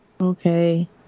Okay